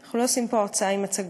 שאנחנו לא עושים פה הרצאה עם מצגות,